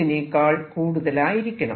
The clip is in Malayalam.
വിനേക്കാൾ കൂടുതൽ ആയിരിക്കണം